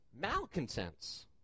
malcontents